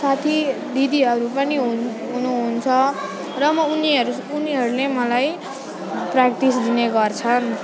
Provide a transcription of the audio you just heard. साथी दिदिहरू पनि हुन हुनुहुन्छ र म उनीहरू उनीहरूले मलाई प्र्याक्टिस दिने गर्छन्